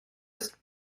ist